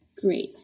Great